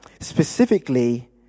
Specifically